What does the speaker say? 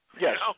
Yes